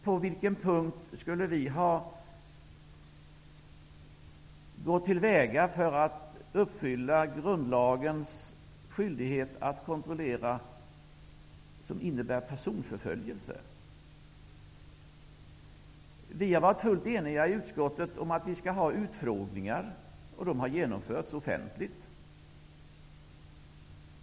På vilken punkt skulle vi i vårt uppfyllande av grundlagens åläggande att utöva kontroll ha gått till väga på ett sätt som innebär personförföljelse? Vi har i utskottet varit fullt eniga om att vi skall ha utfrågningar, och de har genomförts offentligt.